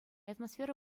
атмосфера